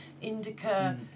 indica